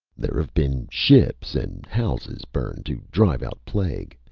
there have been ships and houses burned to drive out plague,